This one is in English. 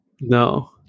no